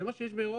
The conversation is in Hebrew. זה מה שיש באירופה.